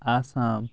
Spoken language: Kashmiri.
آسام